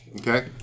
Okay